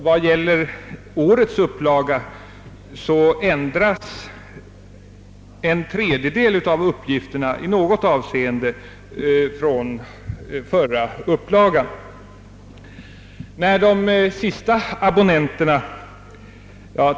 I årets upplaga har en tredjedel av uppgifterna i något avseende ändrats från den föregående.